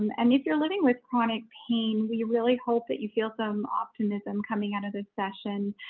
um and if you're living with chronic pain, we really hope that you feel some optimism coming out of this session,